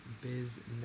business